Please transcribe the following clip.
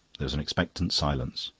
there was an expectant silence.